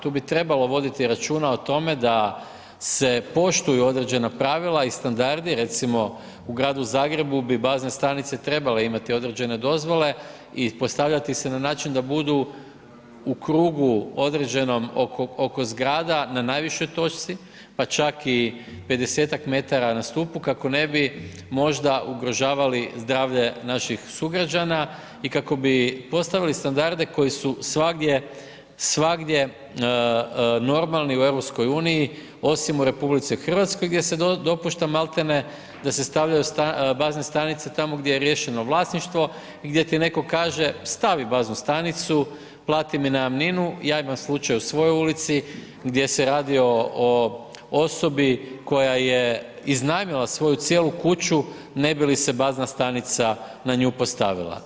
Tu bi trebalo voditi računa da se poštuju određena pravila i standardi, recimo u Gradu Zagrebu bi bazne stanice trebale imati određene dozvole i postavljati se n a način da budu u krugu određenom, oko zgrada, na najvišoj točci, pa čak i 50-tak metara na stupu, kako ne bi možda ugrožavali zdravlje naših sugrađana i kako bi postavili standarde koji su svagdje normalni u EU, osim u RH, gdje se dopušta maltene, da se stavljaju bazne stanice tamo gdje je riješeno vlasništvo i gdje ti netko kaže, stavi baznu stanicu, plati mi najamninu, ja imam slučaj u svojoj ulici, gdje se radi o osobi, koja je iznajmila svoju cijelu kuću ne bi li se bazna stanica na nju postavila.